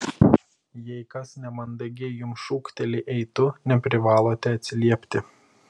jei kas nemandagiai jums šūkteli ei tu neprivalote atsiliepti